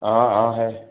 हाँ हाँ है